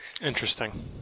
Interesting